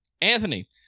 Anthony